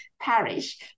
parish